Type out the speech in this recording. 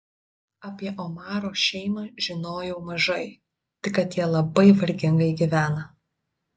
apie omaro šeimą žinojau mažai tik kad jie labai vargingai gyvena